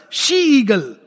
she-eagle